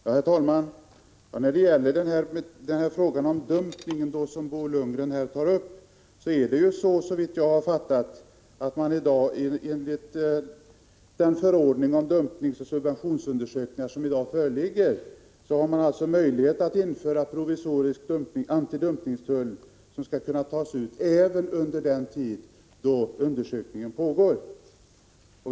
Herr talman! När det gäller frågan om dumpningen, som Bo Lundgren tar upp, är det såvitt jag förstår så, att man enligt den i dag gällande förordningen om dumpning och subventioner har möjlighet att införa en provisorisk antidumpningstull, som skall kunna tas ut även under den tid då undersökning pågår.